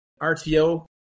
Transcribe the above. rto